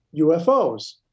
UFOs